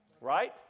Right